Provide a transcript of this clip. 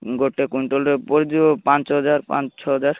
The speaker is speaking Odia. ଗୋଟେ କ୍ୱିଣ୍ଟାଲରେ ପଡ଼ି ଯିବ ପାଞ୍ଚ ହଜାର ପାଞ୍ଚ ଛଅ ହଜାର